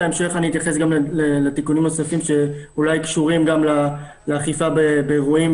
בהמשך אני אתייחס גם לתיקונים נוספים שאולי קשורים גם לאכיפה באירועים,